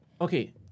Okay